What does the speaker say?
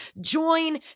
Join